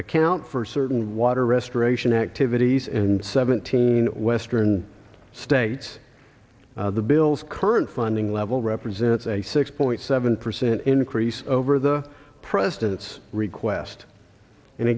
account for certain water restoration activities and seventeen western states the bill's current funding level represents a six point seven percent increase over the president's request and